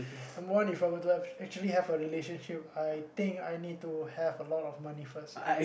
number one If I were to have actually have a relationship I think I need to have a lot of money first lah